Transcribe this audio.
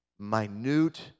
minute